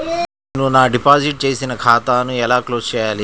నేను నా డిపాజిట్ చేసిన ఖాతాను ఎలా క్లోజ్ చేయాలి?